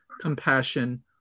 compassion